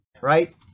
right